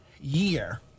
year